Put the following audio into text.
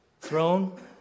Throne